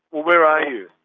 where are you?